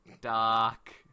dark